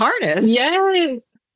Yes